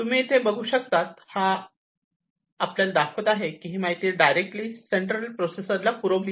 तुम्ही इथे बघू शकता हा आपल्याला दाखवित आहे की ही माहिती डायरेक्टली सेंट्रल प्रोसेसर ला पाठविली आहे